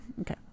okay